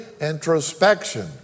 introspection